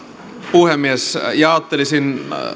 puhemies jaottelisin